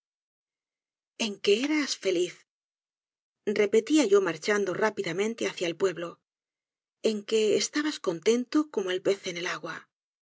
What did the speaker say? que eras feliz repetía yo marchando rápidamente hacia el pueblo sn que estabas contento como el pez en el agua